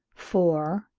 for,